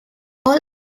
all